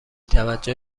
توجه